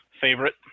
favorite